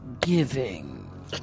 giving